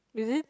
is it